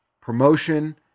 promotion